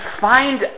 find